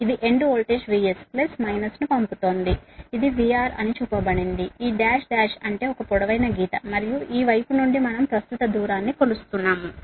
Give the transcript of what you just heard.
ఇది end voltage VS plus మైనస్ను పంపుతోంది ఇది VR అని చూపబడింది ఈ డాష్ డాష్ అంటే ఒక పొడవైన గీత మరియు ఈ వైపు నుండి మనం ప్రస్తుతం దూరాన్ని కొలుస్తున్నాము